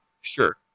Sure